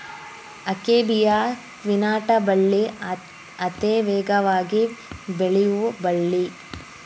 akebia quinata ಬಳ್ಳಿ ಅತೇ ವೇಗವಾಗಿ ಬೆಳಿಯು ಬಳ್ಳಿ